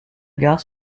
gare